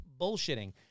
bullshitting